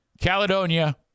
Caledonia